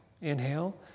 inhale